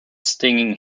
stinging